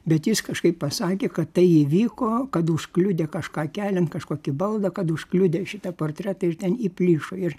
bet jis kažkaip pasakė kad tai įvyko kad užkliudė kažką keliant kažkokį baldą kad užkliudė šitą portretą ir ten įplyšo ir